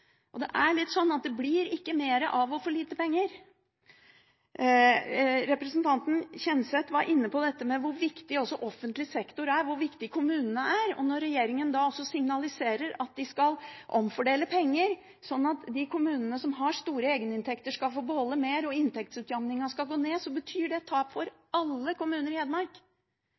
Det er litt sånn at det blir ikke mer av å få lite penger. Representanten Kjenseth var inne på dette med hvor viktig også offentlig sektor er, hvor viktige kommunene er. Når regjeringen også signaliserer at den skal omfordele penger, sånn at de kommunene som har store egeninntekter, skal få beholde mer, og inntektsutjevningen skal gå ned, betyr det tap for alle kommuner i Hedmark.